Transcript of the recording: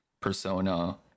persona